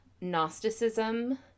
Gnosticism